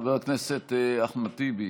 חבר הכנסת אחמד טיבי,